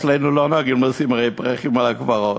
אצלנו הרי לא נוהגים לשים פרחים על הקברים,